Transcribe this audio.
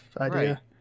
idea